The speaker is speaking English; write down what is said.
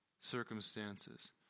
circumstances